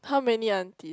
how many auntie